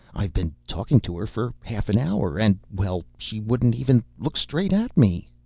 i've been talking to her for half an hour, and, well, she wouldn't even look straight at me.